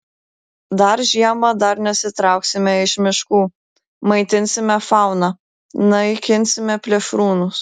dar žiema dar nesitrauksime iš miškų maitinsime fauną naikinsime plėšrūnus